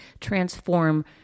transform